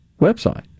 website